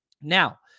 Now